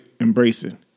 embracing